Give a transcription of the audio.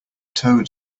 toad